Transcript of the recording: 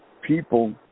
people